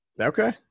Okay